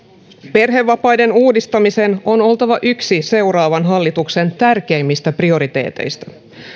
perhevapaiden uudistamisen on oltava yksi seuraavan hallituksen tärkeimmistä prioriteeteista